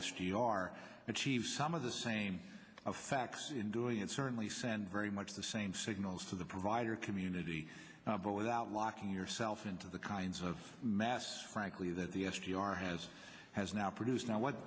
r achieve some of the same facts in doing it certainly send very much the same signals to the provider community but without locking yourself into the kinds of mass frankly that the s g r has has now produced now what